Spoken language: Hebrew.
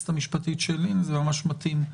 זה ממש מתאים,